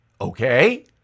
Okay